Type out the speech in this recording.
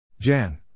Jan